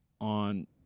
on